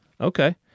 Okay